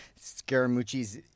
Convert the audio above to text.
Scaramucci's